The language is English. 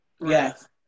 Yes